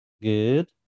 Good